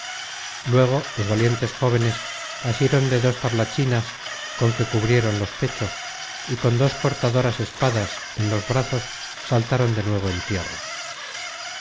luego los valientes jóvenes asieron de dos tablachinas con que cubrieron los pechos y con dos cortadoras espadas en los brazos saltaron de nuevo en tierra